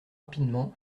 rapidement